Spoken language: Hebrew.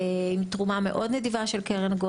תרומה מאוד נדיבה של הקרן,